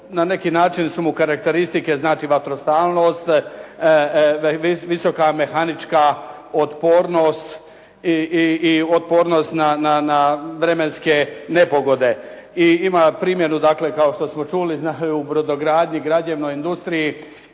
Na neki način su mu karakteristike vatrostalnost, visoka mehanička otpornost i otpornost na vremenske nepogode i ima primjenu kao što smo čuli u brodogradnji, građevnoj industriji.